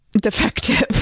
defective